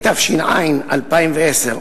התש"ע 2010,